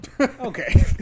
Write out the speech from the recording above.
Okay